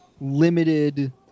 limited